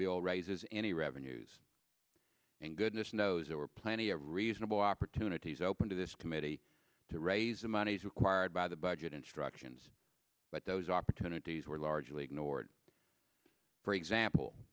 bill raises any revenues and goodness knows there were plenty of reasonable opportunities open to this committee to raise the money as required by the budget instructions but those opportunities were largely ignored for example